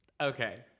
Okay